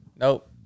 Nope